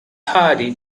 hardy